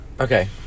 Okay